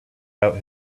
out